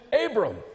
Abram